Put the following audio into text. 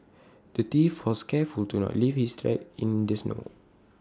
the thief was careful to not leave his tracks in the snow